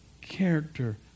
character